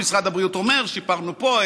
משרד הבריאות אומר: שיפרנו פה,